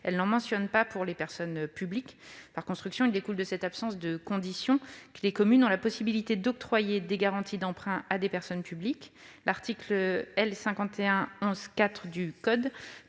il ne mentionne pas les personnes publiques. Par construction, il découle de cette absence de condition que les communes ont la possibilité d'octroyer des garanties d'emprunt à des personnes publiques. L'article L. 5111-4 du code